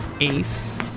Ace